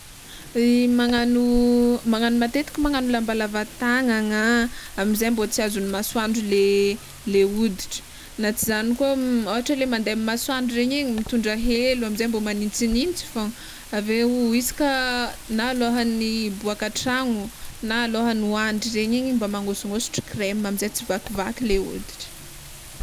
Magnagno magnagno matetiky magnagno lamba lava tagnagna amizay mba tsy azon'ny masoandro le hoditra, na tsy zany koa ôhatra le mande masoandry regny igny mitondra helo amizay mba magnintsignintsy fôgna aveo isaka na alohan'ny hiboaka antragno na alohan'ny hoandro regny igny mba magnosognosotry crema amizay mba tsy vakivaky le hoditra.